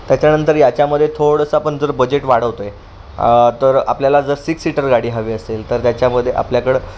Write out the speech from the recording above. त्याच्यानंतर याच्यामध्ये थोडंसं पण जर बजेट वाढवतो आहे तर आपल्याला जर सिक्स सीटर गाडी हवी असेल तर त्याच्यामध्ये आपल्याकडं